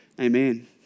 Amen